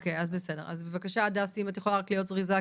כ"ז באדר א' התשפ"ב,